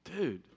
Dude